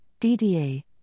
DDA